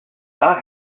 are